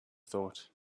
thought